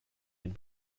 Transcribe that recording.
been